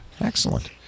Excellent